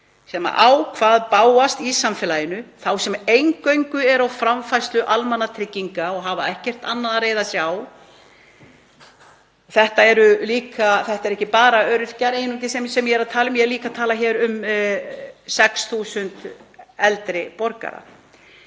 sem á hvað bágast í samfélaginu, þá sem eingöngu eru á framfærslu almannatrygginga og hafa ekkert annað að reiða sig á. Þetta eru ekki einungis öryrkjar sem ég er að tala um. Ég er líka að tala um 6.000 eldri borgara.